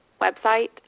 website